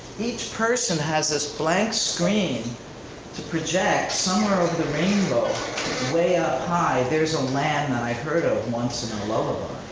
each person has this blank screen to project somewhere over the rainbow way up high, there's a land that i heard of once in and a lullaby.